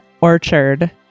orchard